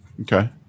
Okay